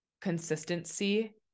consistency